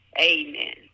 Amen